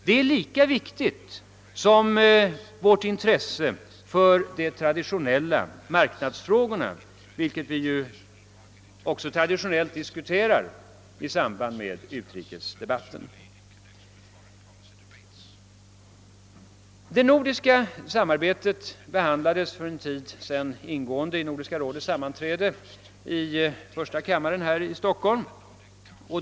Detta är lika viktigt som vårt intresse för de traditionella marknadsfrågorna, vilka vi ju också traditionellt diskuterar i samband med utrikesdebatten. Det nordiska samarbetet behandlades ingående för en tid sedan vid Nordiska rådets sammanträde i första kammaren här i Stockholm.